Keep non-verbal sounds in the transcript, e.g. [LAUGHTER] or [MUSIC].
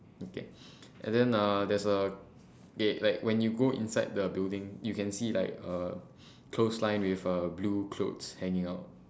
okay [BREATH] and then uh there's a okay like when you go inside the building you can see like uh [BREATH] clothesline with uh blue clothes hanging out